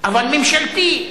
אבל ממשלתי.